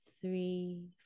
three